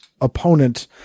opponent